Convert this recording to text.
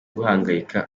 guhangayika